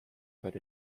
heute